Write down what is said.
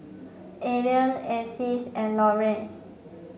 Ailene Alcee and Laurene